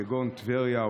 כגון טבריה,